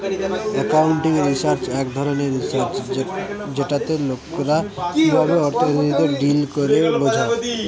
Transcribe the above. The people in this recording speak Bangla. একাউন্টিং রিসার্চ এক ধরণের রিসার্চ যেটাতে লোকরা কিভাবে অর্থনীতিতে ডিল করে বোঝা